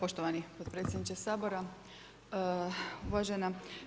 Poštovani potpredsjedniče Sabora, uvažena.